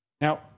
Now